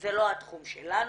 שזה לא התחום שלנו,